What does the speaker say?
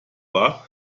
war